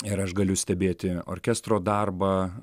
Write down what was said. ir aš galiu stebėti orkestro darbą